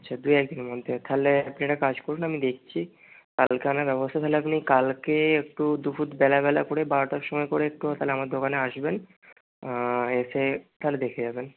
আচ্ছা দু এক দিনের মধ্যে তাহলে আপনি একটা কাজ করুন আমি দেখছি কালকে আনার ব্যবস্থা তাহলে আপনি কালকে একটু দুপুর বেলা বেলা করে বারোটার সময় করে একটু তাহলে আমার দোকানে আসবেন এসে তাহলে দেখে যাবেন